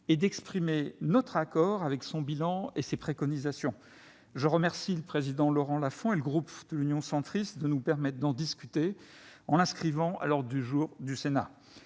et exprimons-nous notre accord avec son bilan et ses préconisations. Je remercie Laurent Lafon et le groupe Union Centriste de nous permettre d'en discuter en l'inscrivant à l'ordre du jour des